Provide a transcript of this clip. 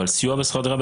אבל סיוע בשכר דירה,